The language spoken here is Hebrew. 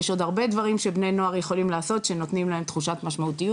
יש עוד הרבה דברים שבני נוער יכולים לעשות שנותנים להם תחושת משמעותיות